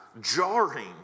jarring